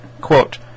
Quote